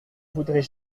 voudrais